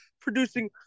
producing